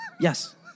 Yes